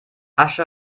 asche